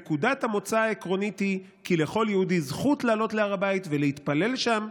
נקודת המוצא העקרונית היא כי לכל יהודי זכות לעלות להר הבית ולהתפלל שם,